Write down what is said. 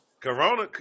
Corona